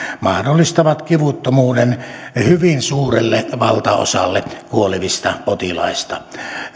mahdollistavat kivuttomuuden hyvin suurelle valtaosalle kuolevista potilaista